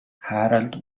harald